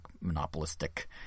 monopolistic